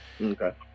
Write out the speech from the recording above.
okay